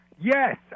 Yes